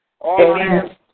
Amen